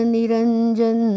Niranjan